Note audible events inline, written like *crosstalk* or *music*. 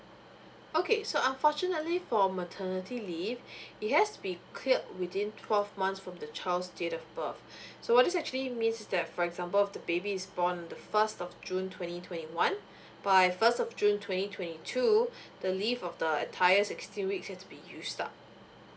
okay so unfortunately for maternity leave *breath* it has to be cleared within twelve months from the child's date of birth *breath* so what this actually means that for example if the baby is born the first of june twenty twenty one by first of june twenty twenty two the leave of the entire sixteen weeks has to be used up